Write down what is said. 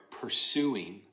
pursuing